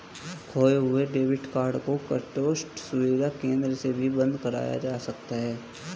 खोये हुए debit card को कस्टम सुविधा केंद्र से भी बंद कराया जा सकता है